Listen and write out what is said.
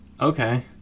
okay